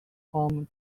home